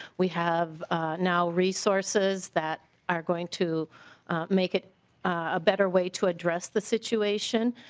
we have no resources that are going to make it a better way to address the situation.